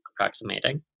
approximating